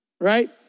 right